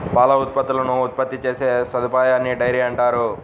పాల ఉత్పత్తులను ఉత్పత్తి చేసే సదుపాయాన్నిడైరీ అంటారు